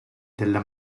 della